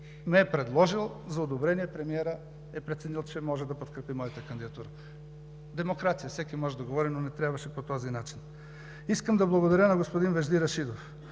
ме е предложил за одобрение. Премиерът е преценил, че може да подкрепи моята кандидатура. Демокрация – всеки може да говори, но не трябваше по този начин. Искам да благодаря на господин Вежди Рашидов.